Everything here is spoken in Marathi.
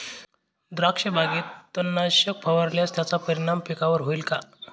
द्राक्षबागेत तणनाशक फवारल्यास त्याचा परिणाम पिकावर होईल का?